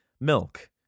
milk